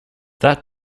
that